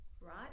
right